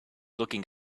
looking